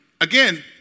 Again